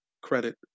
credit